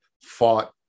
fought